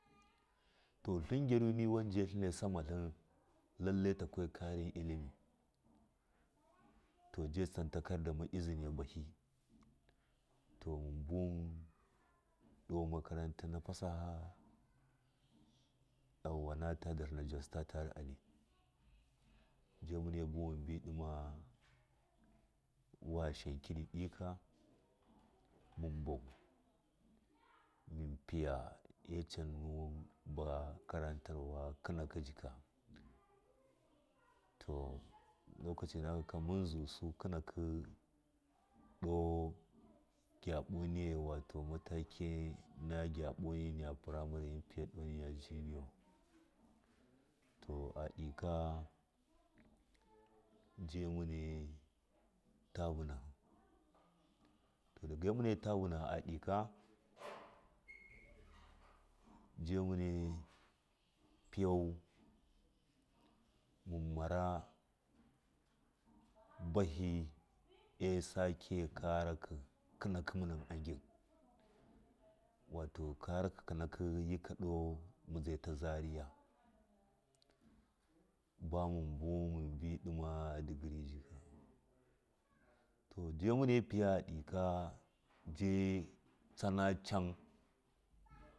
to tlin gyaruni niwan ja samatlin lailai takwa karin illimi to ja tsin takor da ta iziniya bahi to munbuwan ɗo makaranta na fasaha nata darhina jos tatari ali ja minai buwun munbi ɗima washashan kɨdi ika mu bawun munfiya acan mun ba karantarwa kɨnaki jika to lokaci naka mun zusu kɨnaki ɗo gyaɓoni wato mataki na gyaɓoni niya primary mu fiya ɗo niya junio to alka jaminai ta vuhɨ to damane bahi asake karatɨ kɨnaki kɨnakɨ yika munana gɨn wato karaki kɨnakɨ yika ɗo mu zai tu zariya bamu buwun mn bi ɗima degree to ja mune fiya iko ja tsana can.